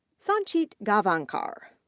sanchit gavankar,